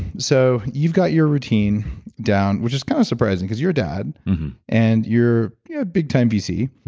so, you've got your routine down, which is kind of surprising because you're dad and you're a big time vc,